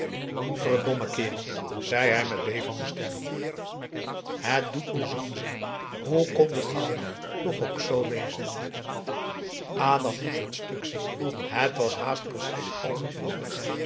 verdomme kerel zei hij met bevende stem et doet me zoo'n zeer hoe kon de n ouwe toch ook zoo wezen adam moest het stuk zien het was haast precies als het vorige